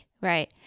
Right